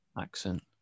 ...accent